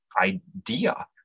idea